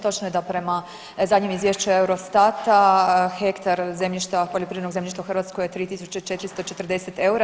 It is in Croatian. Točno je da prema zadnjem Izvješću EUROSTAT-a hektar zemljišta, poljoprivrednog zemljišta u Hrvatskoj je 3440 eura.